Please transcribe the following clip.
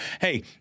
hey